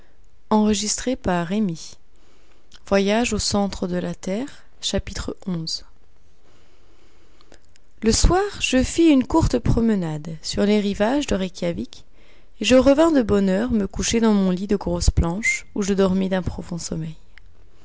xi le soir je fis une courte promenade sur les rivages de reykjawik et je revins de bonne heure me coucher dans mon lit de grosses planches où je dormis d'un profond sommeil